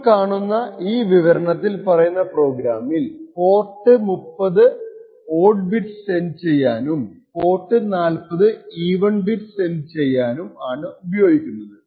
നമ്മൾ കാണുന്ന ഈ വിവരണത്തിൽ പറയുന്ന പ്രോഗ്രാമിൽ പോർട്ട് 30 ഓഡ്ഡ് ബിറ്റ് സെൻഡ് ചെയ്യാനും പോർട്ട് 40 ഈവൻ ബിറ്റ് സെൻഡ് ചെയ്യാനും ആണ് ഉപയോഗിക്കുന്നത്